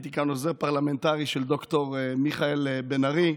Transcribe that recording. הייתי כאן עוזר פרלמנטרי של ד"ר מיכאל בן ארי,